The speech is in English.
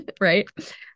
right